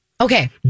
Okay